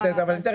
תיכף.